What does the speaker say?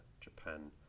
Japan